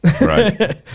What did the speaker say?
Right